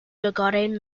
regarding